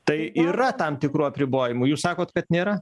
tai yra tam tikrų apribojimų jūs sakot kad nėra